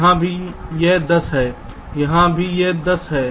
यहां भी यह 10 है यहां भी यह 10 है